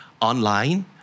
online